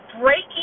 breaking